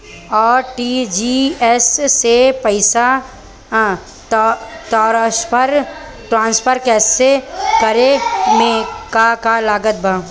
RTGS से पईसा transfer करे मे का का लागत बा?